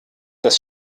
das